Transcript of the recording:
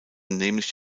nämlich